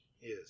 Yes